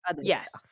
Yes